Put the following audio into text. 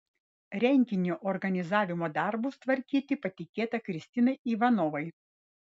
renginio organizavimo darbus tvarkyti patikėta kristinai ivanovai